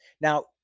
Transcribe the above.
Now